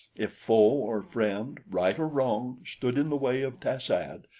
if foe or friend, right or wrong, stood in the way of tas-ad,